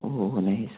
ഓഹ് nice